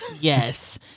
yes